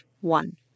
one